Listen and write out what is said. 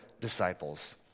disciples